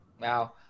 Wow